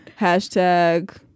hashtag